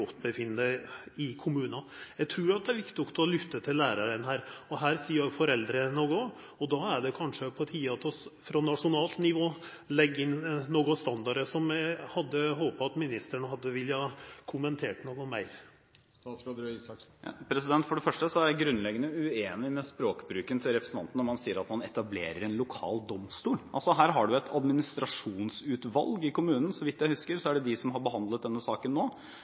i kommunene. Jeg tror det er viktig å lytte til denne læreren her, og her sier jo også foreldrene noe, og det er kanskje også på tide at vi, på nasjonalt nivå, legger inn noen standarder, som jeg hadde håpet at ministeren ville kommentert noe mer. For det første er jeg grunnleggende uenig i språkbruken til representanten når han sier at man etablerer en lokal domstol. Her har du altså et administrasjonsutvalg i kommunen, og så vidt jeg husker, er det de som har behandlet denne saken nå,